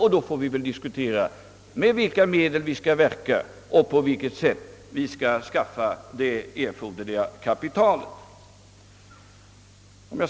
I så fall får vi diskutera vilka medel vi skall tillgripa och på vilket sätt vi skall skaffa det erforderliga kapitalet.